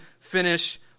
finish